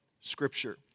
scripture